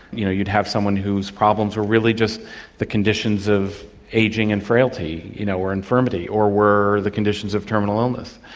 you know you'd have someone whose problems were really just the conditions of ageing and frailty you know or infirmity, or where the conditions of terminal illness.